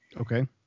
Okay